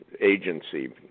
agency